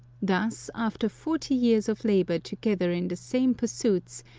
thus, after forty years of labour together in the same pursuits,